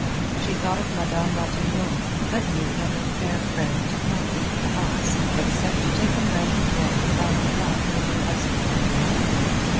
she thought of madame ratignolle, but knew that her fair friend did not leave the house, except to take a languid walk around the block with her husband after nightfall.